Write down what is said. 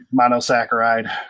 monosaccharide